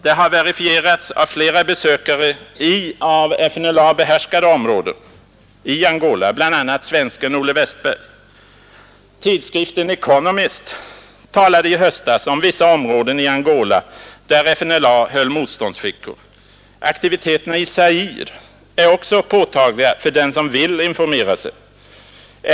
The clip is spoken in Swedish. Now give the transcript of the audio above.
Det har verifierats av flera besökare i av FNLA behärskade områden i Angola, bl.a. svensken Olle Wästberg. Tidskriften Economist talade i höstas om vissa områden i Angola där FNLA höll motståndsfickor. Aktiviteterna i Zaire är också påtagliga för den som vill informera sig.